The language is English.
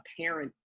parent